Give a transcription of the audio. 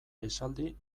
esaldi